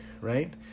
right